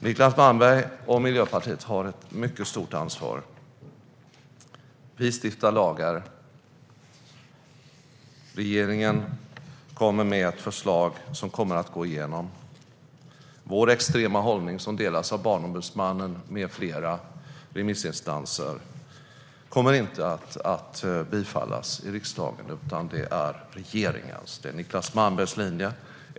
Niclas Malmberg och Miljöpartiet har ett mycket stort ansvar. Vi stiftar lagar. Regeringen kommer med ett förslag som kommer att gå igenom. Vår extrema hållning, som delas av Barnombudsmannen med flera remissinstanser, kommer inte att bifallas i riksdagen, utan det är regeringens och Niclas Malmbergs linje som kommer att gälla.